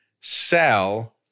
sell